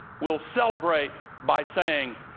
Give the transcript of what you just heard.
will celebrate by saying,